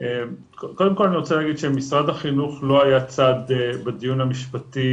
קודם כל אני רוצה להגיד שמשרד החינוך לא היה צד בדיון המשפטי